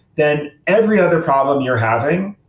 then every other problem you're having,